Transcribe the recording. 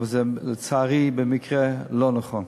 אבל זה, לצערי, במקרה לא נכון.